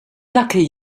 lucky